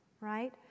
right